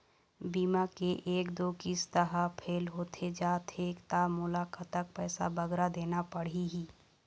बीमा के एक दो किस्त हा फेल होथे जा थे ता मोला कतक पैसा बगरा देना पड़ही ही?